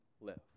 live